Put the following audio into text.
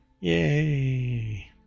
Yay